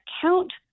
account